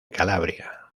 calabria